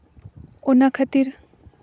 ᱚᱱᱟ ᱠᱷᱟᱹᱛᱤᱨ